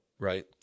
Right